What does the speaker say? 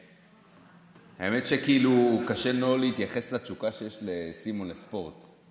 האמת, קשה לא להתייחס לתשוקה שיש לסימון לספורט.